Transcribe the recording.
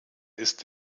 ist